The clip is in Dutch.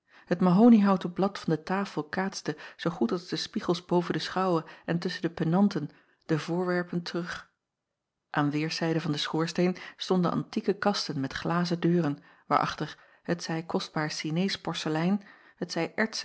het mahoniehouten blad van de tafel kaatste zoo goed als de spiegels boven de schouwe en tusschen de penanten de voorwerpen terug aan weêrszijden van den schoorsteen stonden antieke kasten met glazen deuren waarachter t zij kostbaar ineesch porcelein t zij